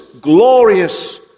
glorious